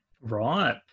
right